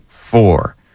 four